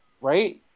right